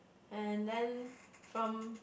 and then from